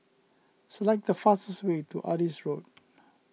select the fastest way to Adis Road